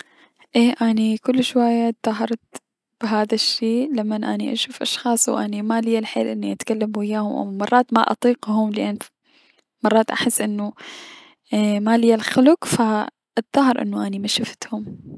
اي اني كلش هواية تضاهرت بهذا الشي لمن اني اشوف اشخاص و ما ليا الحيل اني اتكلم وياهم او مرات ما اطيقهم مرات احس انو ما ليا الخلك فأتضاهر انو اني مشفتهم.